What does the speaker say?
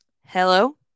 Hello